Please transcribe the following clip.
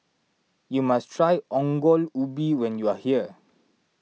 you must try Ongol Ubi when you are here